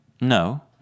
No